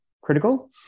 critical